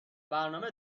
برنامه